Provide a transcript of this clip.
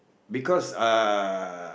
because uh